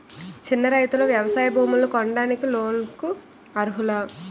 చిన్న రైతులు వ్యవసాయ భూములు కొనడానికి లోన్ లకు అర్హులా?